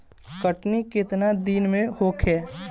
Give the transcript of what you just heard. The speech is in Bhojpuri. कटनी केतना दिन में होखे?